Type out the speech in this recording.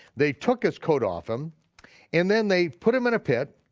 they took his coat off him and then they put him in a pit,